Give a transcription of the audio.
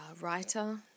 writer